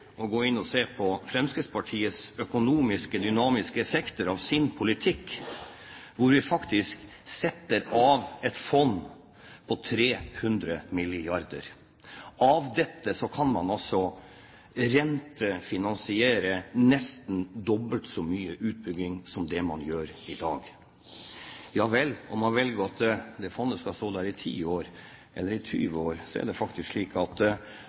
å gå inn og se på de økonomiske, dynamiske effekter av Fremskrittspartiets politikk, ser man at vi faktisk setter av et fond på 300 mrd. kr. Av dette kan man altså rentefinansiere nesten dobbelt så mye utbygging som det man gjør i dag. Om man velger at det fondet skal stå der i ti år, eller i 20 år, er det faktisk slik at